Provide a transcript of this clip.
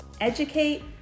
Educate